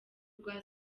rwa